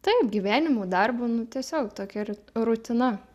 taip gyvenimu darbu nu tiesiog tokia ir rutina